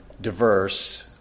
diverse